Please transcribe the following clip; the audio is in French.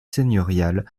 seigneurial